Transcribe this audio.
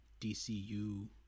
DCU